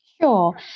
sure